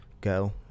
go